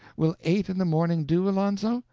will eight in the morning do, alonzo?